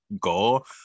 goal